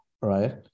right